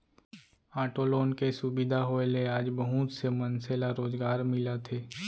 auto loan के सुबिधा होए ले आज बहुत से मनसे ल रोजगार मिलत हे